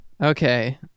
Okay